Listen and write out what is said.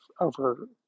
over